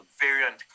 variant